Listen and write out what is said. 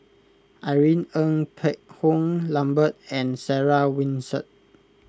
Irene Ng Phek Hoong Lambert and Sarah Winstedt